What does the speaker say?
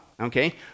Okay